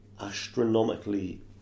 astronomically